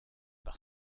par